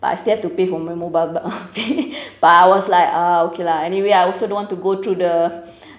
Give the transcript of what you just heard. but I still have to pay for my mobile but I was like uh okay lah anyway I also don't want to go through the